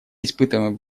испытываем